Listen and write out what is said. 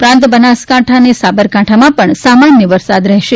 ઉપરાંત બનાસકાંઠા અને સાબરકાંઠામાં પણ સામાન્ય વરસાદ રહેશે